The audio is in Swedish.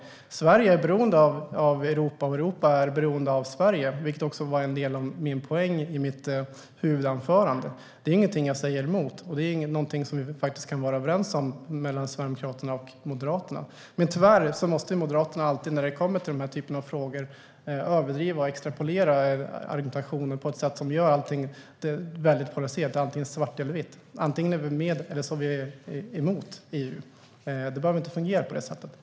Sverige är beroende av Europa, och Europa är beroende av Sverige. Det var också en del av poängen i mitt huvudanförande. Det är ingenting som jag säger emot. Det är någonting som vi faktiskt kan vara överens om mellan Sverigedemokraterna och Moderaterna. Men tyvärr måste Moderaterna alltid när denna typ av frågor tas upp överdriva och extrapolera argumentationen på ett sätt som gör att allting är svart eller vitt - antingen är vi för eller mot EU. Det behöver inte fungera på det sättet.